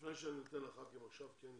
לפני שאני נותן לחברי הכנסת להתייחס,